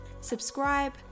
Subscribe